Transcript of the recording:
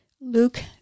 Luke